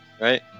Right